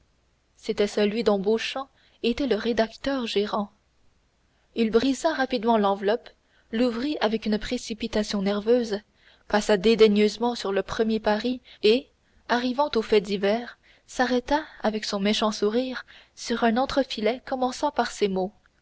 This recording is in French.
c'était celui dont beauchamp était le rédacteur gérant il brisa rapidement l'enveloppe l'ouvrit avec une précipitation nerveuse passa dédaigneusement sur le premier paris et arrivant aux faits divers s'arrêta avec son méchant sourire sur un entrefilet commençant par ces mots